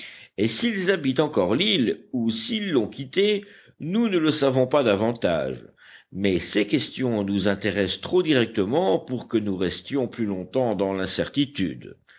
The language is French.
et s'ils habitent encore l'île ou s'ils l'ont quittée nous ne le savons pas davantage mais ces questions nous intéressent trop directement pour que nous restions plus longtemps dans l'incertitude